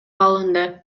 алынды